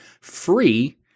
free